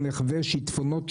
לא נחווה שיטפונות,